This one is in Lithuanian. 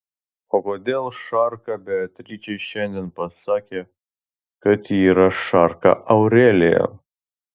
o kodėl šarka beatričė šiandien pasakė kad ji yra šarka aurelija